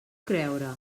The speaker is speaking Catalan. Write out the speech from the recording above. creure